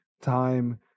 time